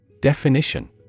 Definition